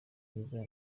mwiza